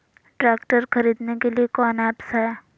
Tractor खरीदने के लिए कौन ऐप्स हाय?